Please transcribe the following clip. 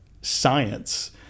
science